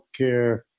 healthcare